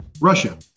Russia